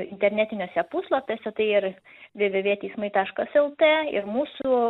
internetiniuose puslapiuose tai ir vė vė vė teismai taškas lt ir mūsų